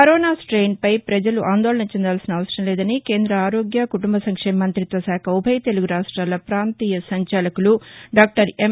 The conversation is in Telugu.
కరోనా స్టెయిన్పై ప్రజలు ఆందోళన చెందాల్సిన అవసరం లేదని కేంద ఆరోగ్య కుటుంబ సంక్షేమ మంతిత్వ శాఖ ఉభయ తెలుగు రాష్ట్రంల ప్రాంతీయ సంచాలకులు డాక్టర్ ఎం